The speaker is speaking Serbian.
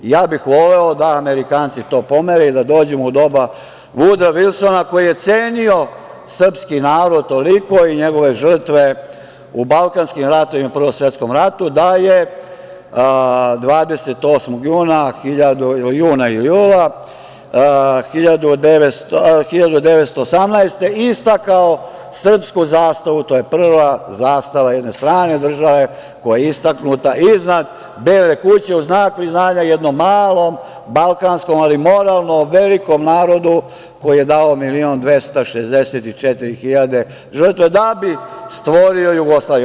Ja bih voleo da Amerikanci to pomere i da dođemo u doba Vudroa Vilsona koji je cenio srpski narod toliko i njegove žrtve u balkanskim ratovima i Prvom svetskom ratu, da je 28. juna ili jula 1918. godine istakao srpsku zastavu, a to je prva zastava jedne strane države, iznad Bele kuće, u znak priznanja jednom malom balkanskom, ali moralno velikom narodu koji je dao 1.264.000 žrtava da bi stvorio Jugoslaviju.